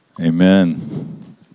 Amen